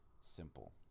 simple